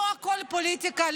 לא הכול פוליטיקה,